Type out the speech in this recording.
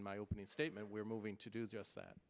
in my opening statement we're moving to do just that